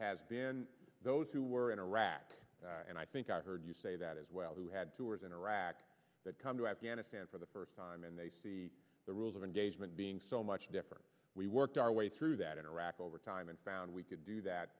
those who were in iraq and i think i heard you say that as well who had tours in iraq that come to afghanistan for the first time and they see the rules of engagement being so much different we worked our way through that in iraq over time and found we c